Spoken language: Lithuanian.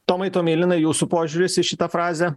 tomai tomilinai jūsų požiūris į šitą frazę